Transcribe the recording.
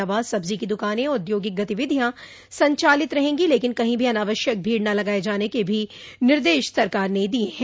दवा सब्जी की दुकाने औद्योगिक गतिविधियां संचालित रहेंगी लेकिन कही भी अनावश्यक भीड़ न लगाये जाने के भी निर्देश सरकार ने दिये हैं